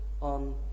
on